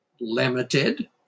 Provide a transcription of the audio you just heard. limited